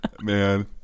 man